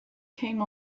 came